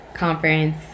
conference